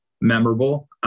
memorable